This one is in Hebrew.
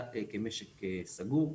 אלא כמשק סגר.